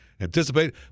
anticipate